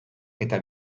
eta